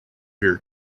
here